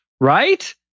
right